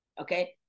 Okay